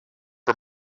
for